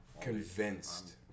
Convinced